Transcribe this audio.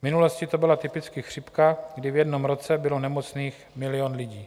V minulosti to byla typicky chřipka, kdy v jednom roce bylo nemocných milion lidí.